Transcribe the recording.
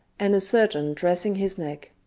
and a surgeon dressing his neck.